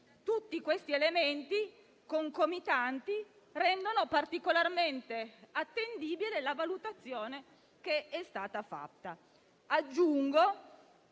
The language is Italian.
tutti questi elementi concomitanti rendono particolarmente attendibile la valutazione che è stata fatta. Aggiungo